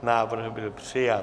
Návrh byl přijat.